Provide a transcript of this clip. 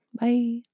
Bye